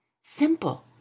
Simple